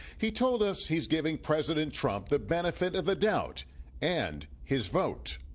he told us he's giving president trump the benefit of the doubt and his vote.